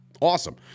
awesome